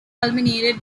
eliminated